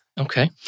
Okay